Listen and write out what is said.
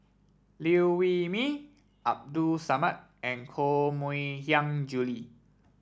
Liew Wee Mee Abdul Samad and Koh Mui Hiang Julie